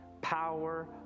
power